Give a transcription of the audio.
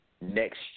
next